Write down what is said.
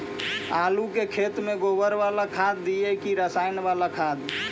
आलू के खेत में गोबर बाला खाद दियै की रसायन बाला खाद?